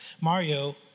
Mario